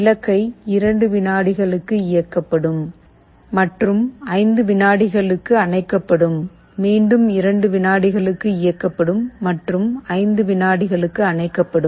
விளக்கை 2 விநாடிகளுக்கு இயக்கப்படும் மற்றும் 5 விநாடிகளுக்கு அணைக்கப்படும் மீண்டும் 2 விநாடிகளுக்கு இயக்கப்படும் மற்றும் 5 விநாடிகளுக்கு அணைக்கப்படும்